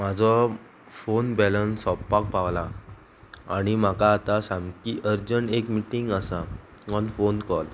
म्हाजो phone balance सोंपपाक पावला आनी म्हाका आतां सामकी अर्जंट एक मिटींग आसा ऑन फोन कॉल